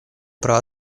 про